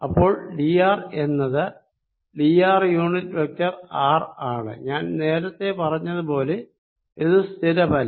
അപ്പോൾ D R എന്നത് D R unit vector R ആണ് ഞാൻ നേരത്തെ പറഞ്ഞത് പോലെ ഇത് സ്ഥിരമല്ല